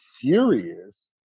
furious